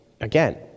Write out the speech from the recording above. again